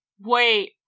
Wait